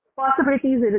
possibilities